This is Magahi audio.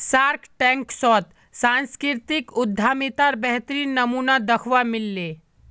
शार्कटैंक शोत सांस्कृतिक उद्यमितार बेहतरीन नमूना दखवा मिल ले